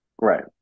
right